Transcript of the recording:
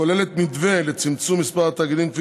כוללת מתווה לצמצום מספר התאגידים,